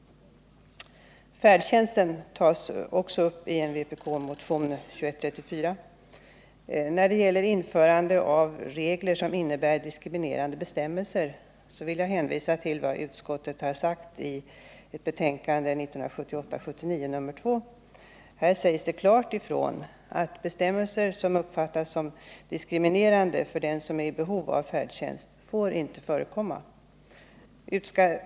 Färdtjänsten tas upp i vpk-motionen 2134. När det gäller införande av regler som innebär diskriminerande bestämmelser vill jag hänvisa till vad utskottet sagt i sitt betänkande 1978/79:2. Det sägs klart ifrån att bestämmelser som uppfattas som diskriminerande för den som är i behov av färdtjänst ej får förekomma.